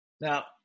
Now